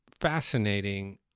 fascinating